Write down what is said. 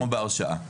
או בהרשאה.